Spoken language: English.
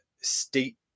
state